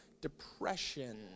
depression